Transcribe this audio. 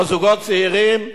או זוגות צעירים.